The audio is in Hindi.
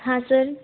हाँ सर